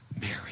Mary